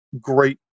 great